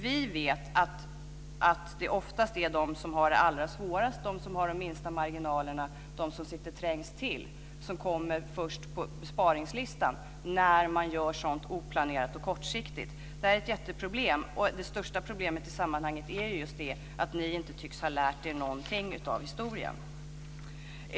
Vi vet att det oftast är de som har det allra svårast, som har de minsta marginalerna och som sitter trängst till, som kommer först på besparingslistan när man gör sådant oplanerat och kortsiktigt. Detta är ett jätteproblem. Det största problemet i sammanhanget är alltså just att ni inte tycks ha lärt er någonting av historien.